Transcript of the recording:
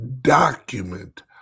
document